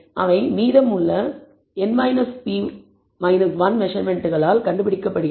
அவை மீதமுள்ள n p 1 மெசர்மென்ட்களால் கண்டுபிடிக்கப்படுகிறது